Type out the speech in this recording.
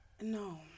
no